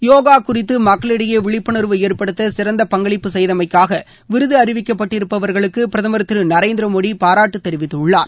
யோகா குறித்து மக்களிடையே விழிப்புனர்வு ஏற்படுத்த சிறந்த பங்களிப்பு செய்தமைக்காக விருது அறிவிக்கப்பட்டிருப்பவர்களுக்கு பிரதமர் திரு நரேந்திர மோடி பாராட்டு தெரிவித்துள்ளார்